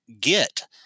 get